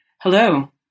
Hello